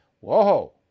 Whoa